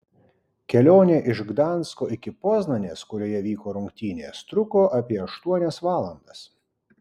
kelionė iš gdansko iki poznanės kurioje vyko rungtynės truko apie aštuonias valandas